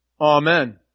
Amen